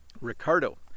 Ricardo